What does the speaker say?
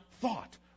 thought